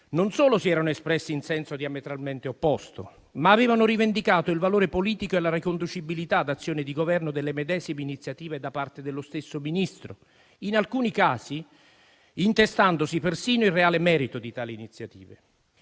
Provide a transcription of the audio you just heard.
non solo si erano espressi in senso diametralmente opposto, ma avevano anche rivendicato il valore politico e la riconducibilità ad azioni di Governo delle medesime iniziative da parte dello stesso Ministro, in alcuni casi intestandosi persino il reale merito di tali iniziative.